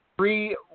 Three